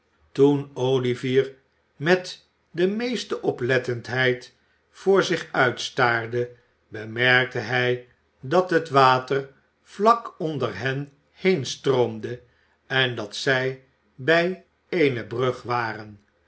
toen olivier met de meeste oplettendheid voor zich uitstaarde bemerkte hij dat het water vlak onder hen heenj stroomde en dat zij bij eene brug waren